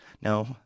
no